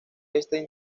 esta